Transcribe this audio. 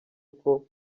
uko